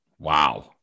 Wow